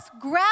Grab